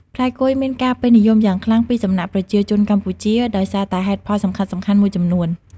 ផ្លែគុយមានការពេញនិយមយ៉ាងខ្លាំងពីសំណាក់ប្រជាជនកម្ពុជាដោយសារតែហេតុផលសំខាន់ៗមួយចំនួន។